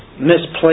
misplaced